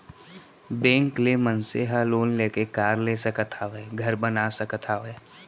bank ले मनसे ह लोन लेके कार ले सकत हावय, घर बना सकत हावय